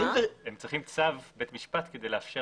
אבל הם צריכים צו בית משפט כדי לאפשר